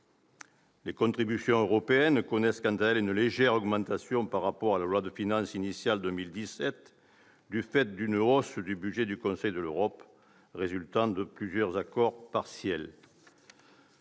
Les contributions européennes connaissent, quant à elles, une légère augmentation par rapport à la loi de finances initiale pour 2017, du fait d'une hausse du budget du Conseil de l'Europe résultant de plusieurs accords partiels.